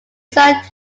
signed